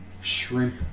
shrimp